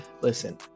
listen